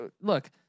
Look